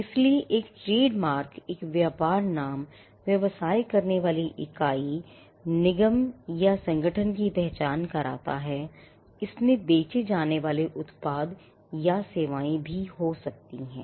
इसलिए एक ट्रेडमार्क एक व्यापार नाम व्यवसाय करने वाली इकाई निगम या संगठन की पहचान कराता है इसमें बेचे जाने वाले उत्पाद या सेवाएं भी हो सकती हैं